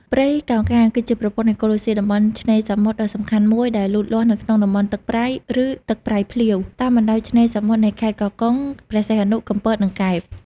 ព្រៃកោងកាងគឺជាប្រព័ន្ធអេកូឡូស៊ីតំបន់ឆ្នេរសមុទ្រដ៏សំខាន់មួយដែលលូតលាស់នៅក្នុងតំបន់ទឹកប្រៃ ឬទឹកប្រៃភ្លាវ តាមបណ្តោយឆ្នេរសមុទ្រនៃខេត្តកោះកុង ព្រះសីហនុ កំពត និងកែប។